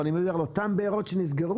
אבל אני מדבר על אותן בארות שנסגרו.